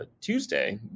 Tuesday